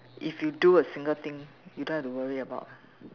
if you do a single thing you don't have to worry about